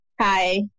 hi